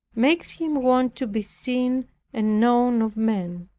makes him want to be seen and known of men,